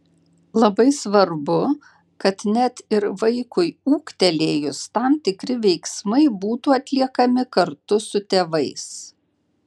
labai svarbu kad net ir vaikui ūgtelėjus tam tikri veiksmai būtų atliekami kartu su tėvais